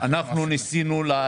ניסינו.